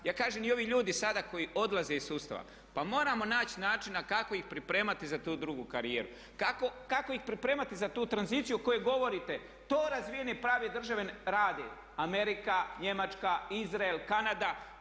Ja kažem i ovi ljudi sada koji odlaze iz sustava, pa moramo naći načina kako ih pripremati za tu drugu karijeru, kako ih pripremati za tu tranziciju o kojoj govorite, to razvijene i prave države rade, Amerika, Njemačka, Izrael, Kanada.